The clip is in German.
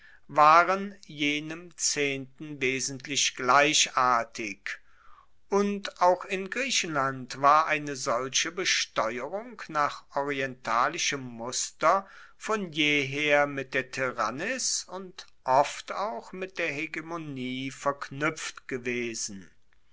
waren jenem zehnten wesentlich gleichartig und auch in griechenland war eine solche besteuerung nach orientalischem muster von jeher mit der tyrannis und oft auch mit der hegemonie verknuepft gewesen